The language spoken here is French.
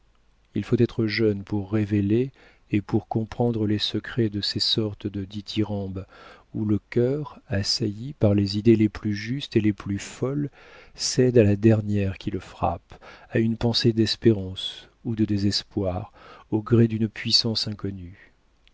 il faut être jeune pour révéler et pour comprendre les secrets de ces sortes de dithyrambes où le cœur assailli par les idées les plus justes et les plus folles cède à la dernière qui le frappe à une pensée d'espérance ou de désespoir au gré d'une puissance inconnue